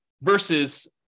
versus